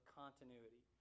continuity